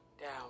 down